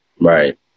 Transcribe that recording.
Right